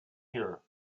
here